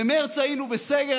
במרץ היינו בסגר.